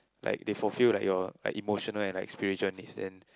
like they fulfill like your like emotional and like aspiration is then